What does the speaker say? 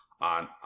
on